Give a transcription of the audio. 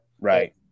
Right